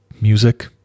Music